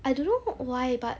I don't know why but